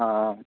ఆ